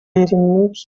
removes